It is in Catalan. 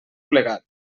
plegat